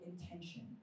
intention